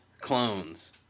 clones